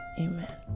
Amen